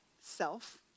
self